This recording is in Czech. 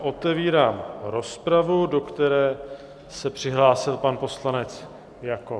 Otevírám rozpravu, do které se přihlásil pan poslanec Jakob.